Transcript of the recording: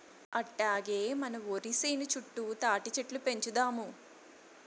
అట్టాగే మన ఒరి సేను చుట్టూ తాటిచెట్లు పెంచుదాము